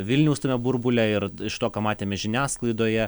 vilniaus tame burbule ir iš to ką matėme žiniasklaidoje